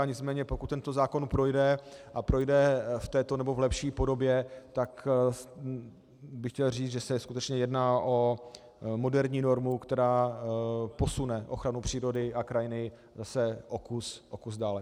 Nicméně pokud tento zákon projde a projde v této nebo v lepší podobě, tak bych chtěl říci, že se skutečně jedná o moderní normu, která posune ochranu přírody a krajiny zase o kus dále.